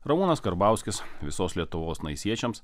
ramūnas karbauskis visos lietuvos naisiečiams